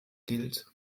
gilt